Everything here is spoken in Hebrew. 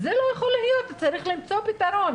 זה לא יכול להיות וצריך למצוא פתרון.